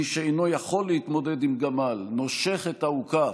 מי שאינו יכול להתמודד עם גמל נושך את האוכף,